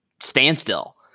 standstill